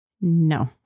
No